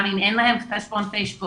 גם אם אין לו חשבון בפייסבוק,